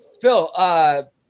Phil